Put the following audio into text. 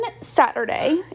Saturday